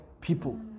people